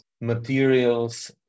materials